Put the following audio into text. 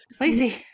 Lazy